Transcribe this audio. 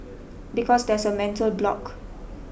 because there's a mental block